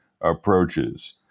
approaches